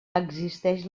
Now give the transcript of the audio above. existeix